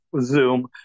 Zoom